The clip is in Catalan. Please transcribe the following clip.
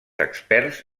experts